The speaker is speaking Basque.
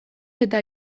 eta